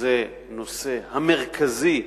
היא הנושא המרכזי